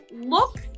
Look